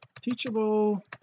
teachable